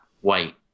white